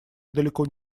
далеко